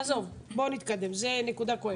עזוב, בוא נתקדם, זו נקודה כואבת.